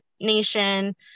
nation